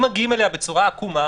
אם מגיעים אליה בצורה עקומה,